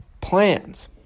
plans